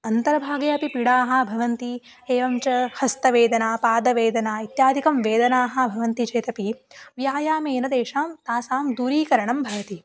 अन्तर्भागे अपि पीडाः भवन्ति एवं च हस्तवेदना पादवेदना इत्यादिकं वेदनाः भवन्ति चेदपि व्यायामेन तेषां तासां दूरीकरणं भवति